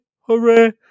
Hooray